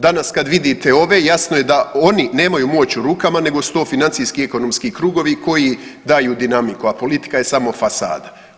Danas kad vidite ove jasno je da oni nemaju moć u rukama nego su to financijski i ekonomski krugovi koji daju dinamiku, a politika je samo fasada.